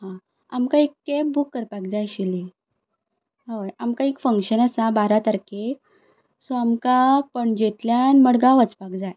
हां आमकां एक कॅब बूक करपाक जाय आशिल्ली हय आमकां एक फंक्शन आसा बारा तारकेर सो आमकां पणजेंतल्यान मडगांव वचपाक जाय